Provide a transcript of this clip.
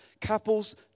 Couples